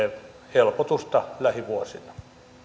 helpotusta lähivuosina